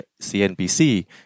CNBC